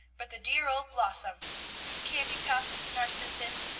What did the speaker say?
but the dear old blossoms candytuft, narcissus,